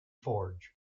forge